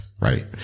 right